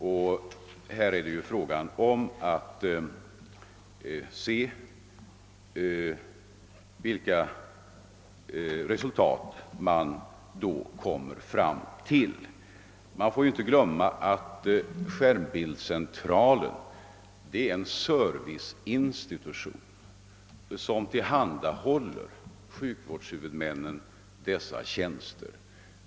Man får ju då se vilka resultat man kommer fram till. Man får emellertid inte glömma att skärmbildscentralen är en serviceinstitution som tillhandahåller sjukvårdshuvudmännen dessa tjänster.